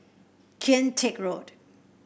Kian Teck Road